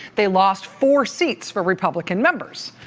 they lost four seats for republican members.